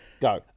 Go